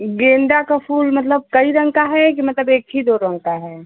गेंदा का फूल मतलब कई रंग का है कि मतलब एक ही दो रंग का है